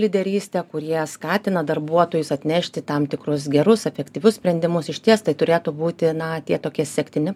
lyderystę kurie skatina darbuotojus atnešti tam tikrus gerus efektyvius sprendimus išties tai turėtų būti na tie tokie sektini